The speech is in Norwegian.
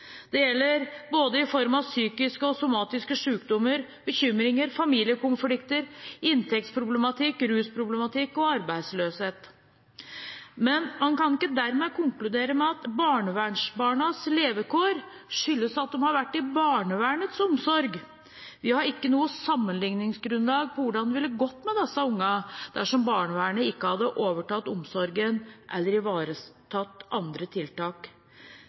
psykiske og somatiske sjukdommer, bekymringer, familiekonflikter, inntektsproblematikk, rusproblematikk og arbeidsløshet. Men man kan ikke dermed konkludere med at barnevernsbarnas levekår skyldes at de har vært i barnevernets omsorg. Vi har ikke noe sammenligningsgrunnlag på hvordan det ville gått med disse ungene dersom barnevernet ikke hadde overtatt omsorgen, eller iverksatt andre tiltak.